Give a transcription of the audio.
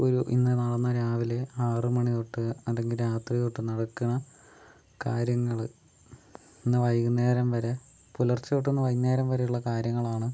ഒരു ഇന്ന് നടന്ന രാവിലെ ആറു മണി തൊട്ട് അല്ലെങ്കിൽ രാത്രി തൊട്ട് നടക്കണ കാര്യങ്ങള് ഇന്ന് വൈകുന്നേരം വരെ പുലർച്ച തൊട്ട് ഇന്ന് വൈകുന്നേരം വരെ ഉള്ള കാര്യങ്ങൾ ആണ്